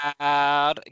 out